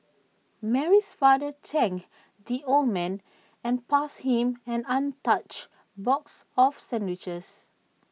Mary's father thanked the old man and passed him an untouched box of sandwiches